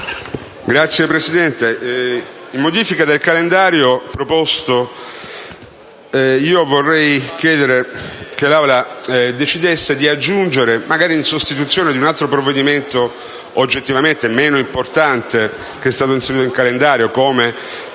Signor Presidente, a modifica del calendario proposto, vorrei chiedere che l'Assemblea decidesse di aggiungere, magari in sostituzione di un altro provvedimento oggettivamente meno importante che vi è stato inserito, come